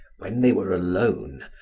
when they were alone,